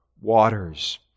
waters